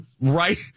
right